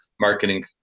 marketing